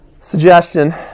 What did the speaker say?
suggestion